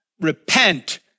Repent